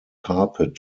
carpet